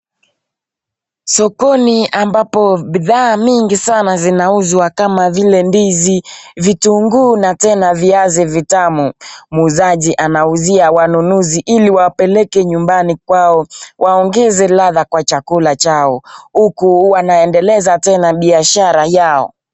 Sokoni ambapo bidhaa mingi sana zinauzwa kama vile ndizi, vitunguu na tena vianzi vitamu muuzaji anauzia wanunuzi ili wapeleke nyumbani kwao waongeze ladha kwa chakula chao huku wanaendeleza tena biashara yao.